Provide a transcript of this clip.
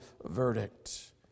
verdict